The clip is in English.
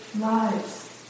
lives